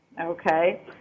okay